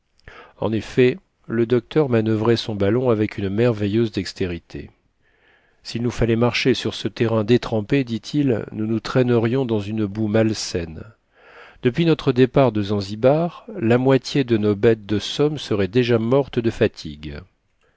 en effet le docteur manuvrait son ballon avec une merveilleuse dex térité s'il nous fallait marcher sur ce terrain détrempé dit-il nous nous traînerions dans une boue malsaine depuis notre départ de zanzibar la moitié de nos bêtes de somme seraient déjà mortes de fatigue